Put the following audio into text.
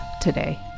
today